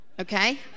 okay